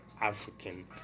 African